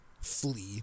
flee